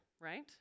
right